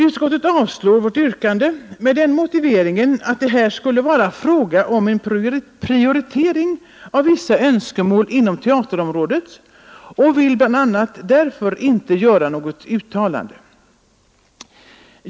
Utskottet avstyrker vårt yrkande med motiveringen att det här skulle vara fråga om en prioritering av vissa önskemål inom teaterområdet och vill bl.a. därför inte göra något uttalande.